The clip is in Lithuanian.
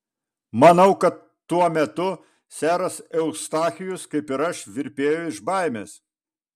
manau kad tuo metu seras eustachijus kaip ir aš virpėjo iš baimės